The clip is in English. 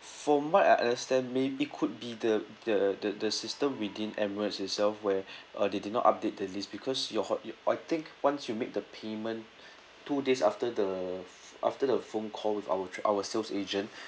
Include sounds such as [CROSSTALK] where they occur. from what I understand mayb~ it could be the the the the system within Emirates itself where [BREATH] uh they did not update the list because you're hot~ you're I think once you make the payment [BREATH] two days after the ph~ after the phone call with our tr~ our sales agent [BREATH]